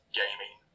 gaming